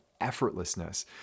effortlessness